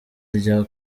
rya